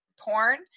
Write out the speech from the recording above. porn